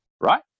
Right